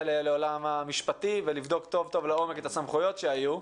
גם לעולם המשפטי ויש לבדוק טוב את הסמכויות שהיו.